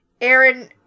Aaron